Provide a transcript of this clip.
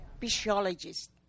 physiologist